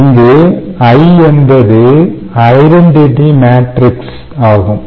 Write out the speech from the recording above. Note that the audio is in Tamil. இங்கு I என்பது ஐடென்டிட்டி மேட்ரிக்ஸ் ஆகும்